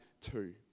two